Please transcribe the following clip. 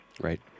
right